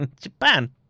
Japan